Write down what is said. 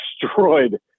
destroyed